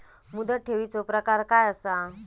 मुदत ठेवीचो प्रकार काय असा?